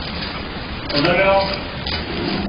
ഉണ്ടല്ലോ